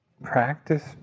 Practice